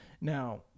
Now